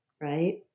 right